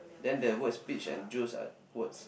then they worst beach and juice ah worst